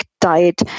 diet